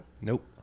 Nope